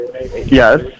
Yes